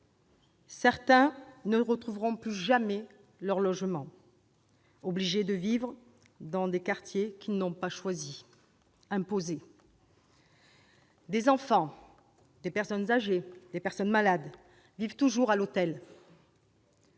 Certains ne retrouveront jamais leur logement, et seront obligés de vivre dans des quartiers qu'ils n'ont pas choisis. Des enfants, des personnes âgées ou malades vivent toujours à l'hôtel.